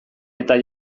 eta